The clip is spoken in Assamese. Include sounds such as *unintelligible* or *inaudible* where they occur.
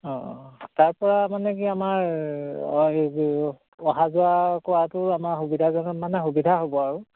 অঁ তাৰপৰা মানে কি আমাৰ *unintelligible* অহা যোৱা কৰাটো আমাৰ সুবিধাজনক মানে সুবিধা হ'ব আৰু